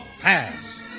Pass